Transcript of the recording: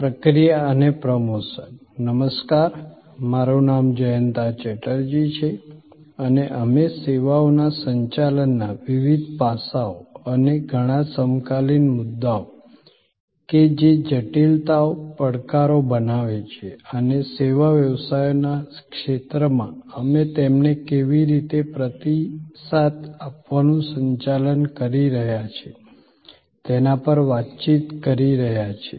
પ્રક્રિયા અને પ્રમોશન નમસ્કાર મારું નામ જયંતા ચેટર્જી છે અને અમે સેવાઓના સંચાલનના વિવિધ પાસાઓ અને ઘણા સમકાલીન મુદ્દાઓ કે જે જટિલતાઓ પડકારો બનાવે છે અને સેવા વ્યવસાયોના ક્ષેત્રમાં અમે તેમને કેવી રીતે પ્રતિસાદ આપવાનું સંચાલન કરી રહ્યા છીએ તેના પર વાતચીત કરી રહ્યા છીએ